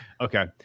okay